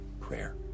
prayer